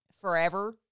forever